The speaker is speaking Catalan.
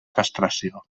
castració